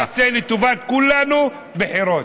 בואו נעשה לטובת כולנו בחירות.